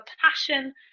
passion